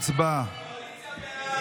הצבעה.